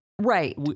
Right